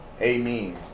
Amen